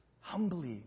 humbly